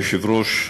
אדוני היושב-ראש,